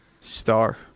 Star